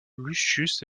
lucius